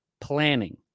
planning